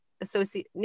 associate